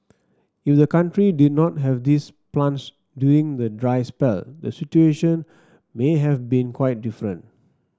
if the country did not have these plants during the dry spell the situation may have been quite different